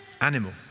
animal